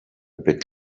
bit